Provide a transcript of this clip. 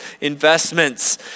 investments